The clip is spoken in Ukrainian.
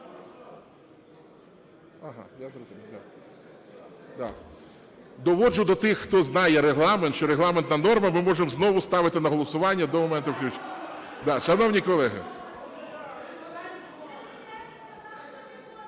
Доводжу до тих, хто знає Регламент, що регламентна норма: ми можемо знову ставити на голосування до моменту включення. Шановні колеги…